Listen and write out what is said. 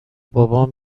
بابام